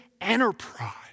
enterprise